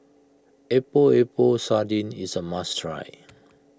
Epok Epok Sardin is a must try